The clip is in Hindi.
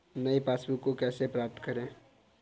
नई पासबुक को कैसे प्राप्त करें?